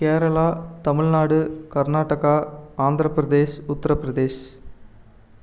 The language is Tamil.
கேரளா தமிழ்நாடு கர்நாடகா ஆந்திர பிரதேஷ் உத்திர பிரதேஷ்